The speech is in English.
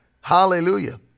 Hallelujah